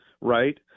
right